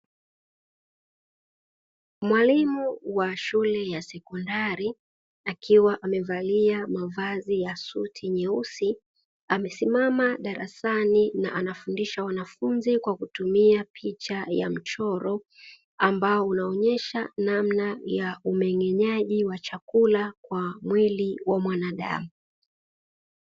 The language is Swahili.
Mwalimu wa shule ya sekondari akiwa amevalia mavazi ya suti nyeusi amesimama darasani na anafundisha wanafunzi kwa kutumia picha ya mchoro ambao unaonyesha namna ya umeng'enyaji wa chakula kwa mwili wa mwanadamu.